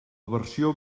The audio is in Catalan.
versió